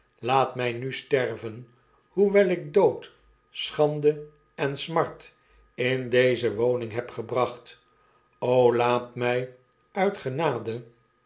laat my nu sterven hoewel ik dood schande en smart in deze woning heb gebracht o laat my uit genade